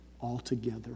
altogether